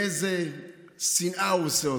באיזו שנאה הוא עושה אותו.